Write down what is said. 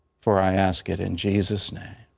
for i ask it in jesus' name.